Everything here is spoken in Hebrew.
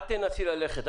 אל תנסי ללכת.